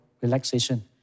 relaxation